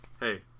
hey